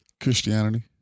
Christianity